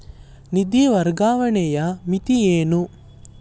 ನಿಧಿ ವರ್ಗಾವಣೆಯ ಮಿತಿ ಏನು?